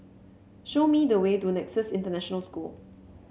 show me the way to Nexus International School